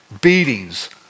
beatings